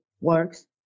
works